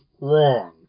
wrong